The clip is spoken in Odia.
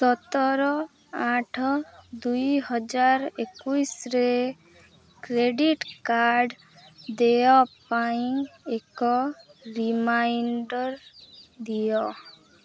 ସତର ଆଠ ଦୁଇ ହଜାର ଏକୋଇଶରେ କ୍ରେଡ଼ିଟ୍ କାର୍ଡ଼ ଦେୟ ପାଇଁ ଏକ ରିମାଇଣ୍ଡର୍ ଦିଅ